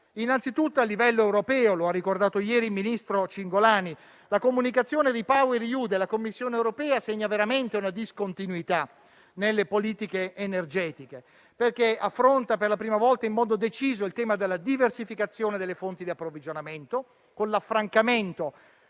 innanzitutto a livello europeo, come ha ricordato ieri il ministro Cingolani. La comunicazione RePower EU della Commissione europea segna veramente una discontinuità nelle politiche energetiche, perché affronta per la prima volta in modo deciso il tema della diversificazione delle fonti di approvvigionamento, con l'affrancamento